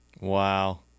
Wow